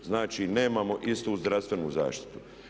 Znači, nemamo istu zdravstvenu zaštitu.